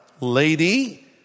lady